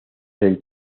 del